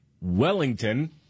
Wellington